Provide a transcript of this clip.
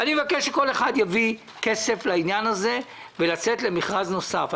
אני מבקש שכל אחד יביא כסף לעניין הזה ולצאת למכרז נוסף.